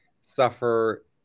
suffer